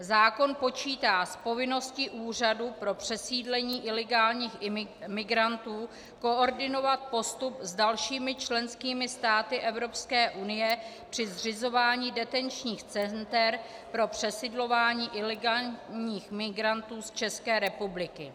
Zákon počítá s povinností úřadu pro přesídlení ilegálních migrantů koordinovat postup s dalšími členskými státy Evropské unie při zřizování detenčních center pro přesidlování ilegálních migrantů z České republiky.